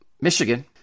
Michigan